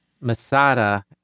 Masada